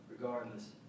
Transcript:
regardless